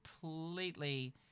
completely